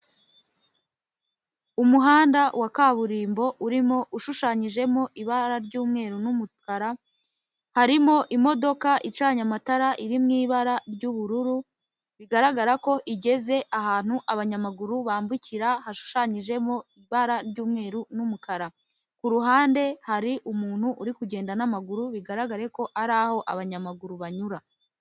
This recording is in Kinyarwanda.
Umuhanda wa kaburimbo ushushanyijemo ibara ry'umweru n'umukara, harimo imodoka icanye amatara iri mu ibara ry'ubururu bigaragara ko igeze ahantu abanyamaguru bambukira hashushanyijemo ibara ry'umweru n'umukara, ku ruhande hari umuntu uri kugenda n'amaguru bigaragare ko ari aho abanyamaguru banyura.